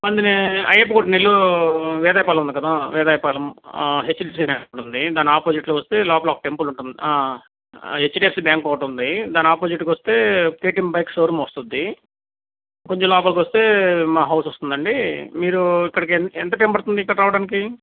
one mini అయ్యప్పగుడి నెల్లూరు వేదాయపాలెం ఉంది కదా వేదాయపాలెం హెచ్డిఎఫ్సి బ్యాంక్ ఉంది దాని ఆపొసిట్లో వస్తే లోపలొక టెంపుల్ ఉంటుంది హెచ్డిఎఫ్సి బ్యాంక్ ఒకటుంది దాని ఆపొసిట్కొస్తే కేటిఎం బైక్ షోరూమ్ వస్తుంది కొంచెం లోపలికొస్తే మా హౌజ్ వస్తుందండీ మీరు ఇక్కడికి ఎన్ ఎంత టైమ్ పడుతుంది ఇక్కడ రావడానికి